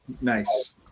Nice